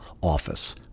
office